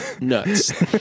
Nuts